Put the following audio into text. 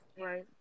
right